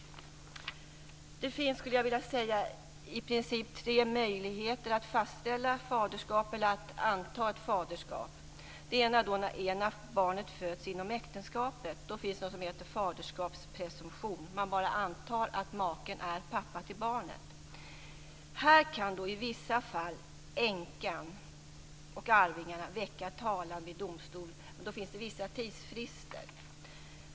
Det finns i princip tre möjligheter att fastställa eller anta ett faderskap. När ett barn föds inom äktenskapet finns det något som heter faderskapspresumtion: Man bara antar att maken är pappa till barnet. Här kan i vissa fall änkan och arvingarna väcka talan vid domstol, dock med vissa tidsfrister.